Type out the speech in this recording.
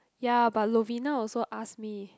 ya but Lovina also ask me